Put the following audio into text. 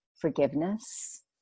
forgiveness